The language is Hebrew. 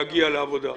לגמרי המציאות.